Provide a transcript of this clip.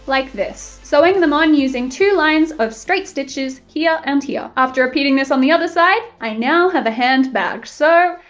like this, sewing them on using two lines of straight stitches here and here. after repeating this on the other side i now have a hand bag. so,